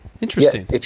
Interesting